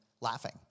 laughing